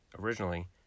originally